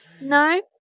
no